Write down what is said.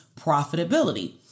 profitability